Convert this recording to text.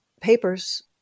papers